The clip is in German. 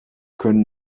können